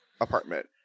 apartment